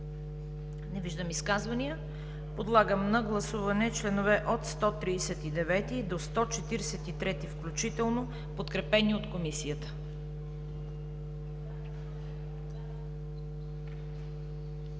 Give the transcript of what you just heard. желаещи за изказвания. Подлагам на гласуване членове от 139 до 143 включително, подкрепени от Комисията.